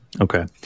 Okay